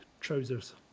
trousers